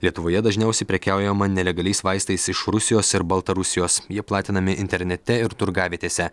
lietuvoje dažniausiai prekiaujama nelegaliais vaistais iš rusijos ir baltarusijos jie platinami internete ir turgavietėse